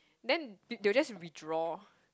then th~ they'll just withdraw